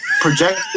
project